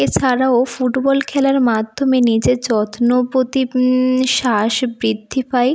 এছাড়াও ফুটবল খেলার মাধ্যমে নিজের যত্নপাতি শ্বাস বৃদ্ধি পায়